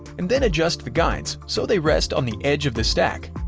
and then adjust the guides so they rest on the edge of the stack.